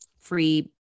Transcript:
free